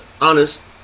honest